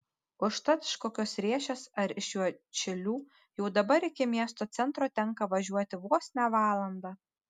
užtat iš kokios riešės ar iš juodšilių jau dabar iki miesto centro tenka važiuoti vos ne valandą